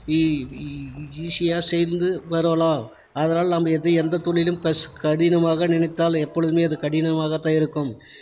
ஈஸியாக சேர்ந்து வரலாம் அதனால் நம்முடையது எந்த தொழிலும் கஷ் கடினமாக நினைத்தால் எப்பொழுதுமே அது கடினமாகதான் இருக்கும்